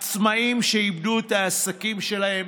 עצמאים שאיבדו את העסקים שלהם,